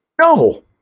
No